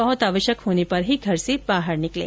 बहुत आवश्यक होने पर ही घर से बाहर निकलें